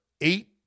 eight